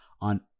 on